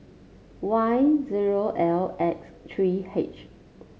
Y zero L X three H